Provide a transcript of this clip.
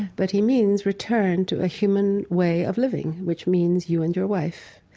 but he means return to a human way of living, which means you and your wife